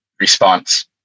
response